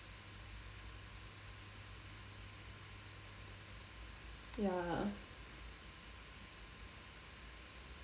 ya